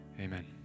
amen